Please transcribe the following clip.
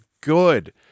good